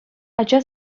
ача